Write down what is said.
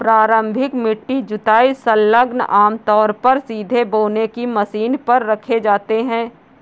प्रारंभिक पट्टी जुताई संलग्नक आमतौर पर सीधे बोने की मशीन पर रखे जाते थे